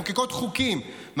מחוקקות חוקים,